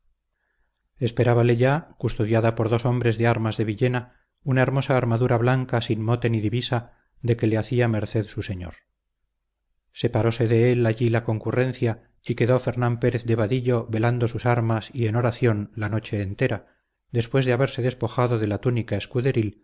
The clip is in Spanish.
alcázar esperábale ya custodiada por dos hombres de armas de villena una hermosa armadura blanca sin mote ni divisa de que le hacía merced su señor separóse de él allí la concurrencia y quedó fernán pérez de vadillo velando sus armas y en oración la noche entera después de haberse despojado de la túnica escuderil